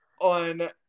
on